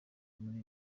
muri